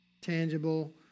tangible